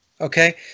Okay